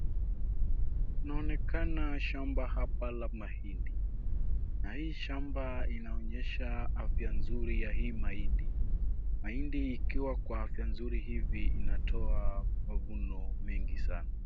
Inaonekana shamba hapa la mahindi, na hii shamba inaonyesha afya nzuri ya hii mahindi, mahindi ikiwa kwa afya nzuri hivi inatoa mavuno mengi sana.